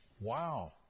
Wow